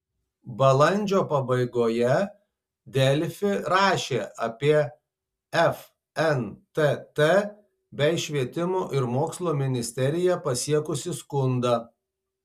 balandžio pabaigoje delfi rašė apie fntt bei švietimo ir mokslo ministeriją pasiekusį skundą